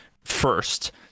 first